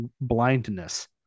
blindness